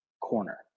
corner